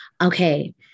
Okay